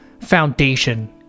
foundation